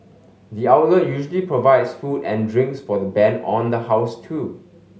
the outlet usually provides food and drinks for the band on the house too